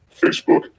Facebook